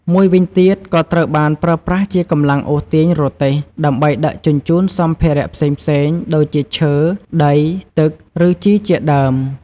មួយវីញទៀត ក៏ត្រូវបានប្រើប្រាស់ជាកម្លាំងអូសទាញរទេះដើម្បីដឹកជញ្ជូនសម្ភារៈផ្សេងៗ ដូចជាឈើ ដី ទឹក ឬជីជាដើម។